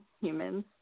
humans